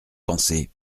pensez